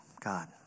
God